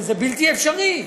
זה בלתי אפשרי.